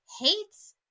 hates